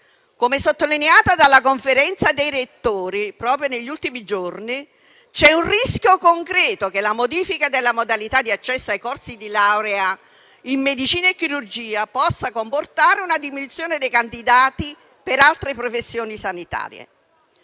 Come sottolineato dalla Conferenza dei rettori proprio negli ultimi giorni, c'è un rischio concreto che la modifica della modalità di accesso ai corsi di laurea in medicina e chirurgia possa comportare una diminuzione dei candidati per altre professioni sanitarie.